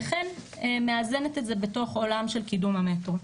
וכן מאזנת את זה בתוך עולם של קידום המטרו.